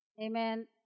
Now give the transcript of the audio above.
amen